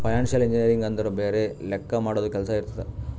financial engineering ಅಂದುರ್ ಬರೆ ಲೆಕ್ಕಾ ಮಾಡದು ಕೆಲ್ಸಾ ಇರ್ತುದ್